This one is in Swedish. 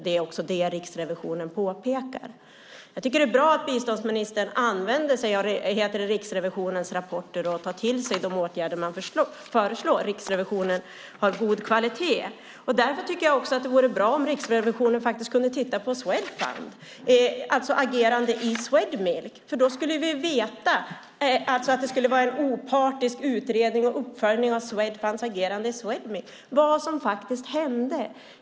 Det är också det som Riksrevisionen påpekar. Jag tycker att det är bra att biståndsministern använder sig av Riksrevisionens rapporter och tar till sig de åtgärder man föreslår. Riksrevisionen har god kvalitet. Därför tycker jag också att det vore bra om Riksrevisionen faktiskt kunde titta på Swedfunds agerande i fråga om Swedmilk. För då skulle vi veta - det skulle alltså vara en opartisk utredning och uppföljning av Swedfunds agerande i Swedmilk - vad som faktiskt hände.